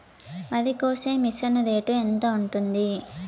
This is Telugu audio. వరికోసే మిషన్ రేటు ఎంత ఉంటుంది?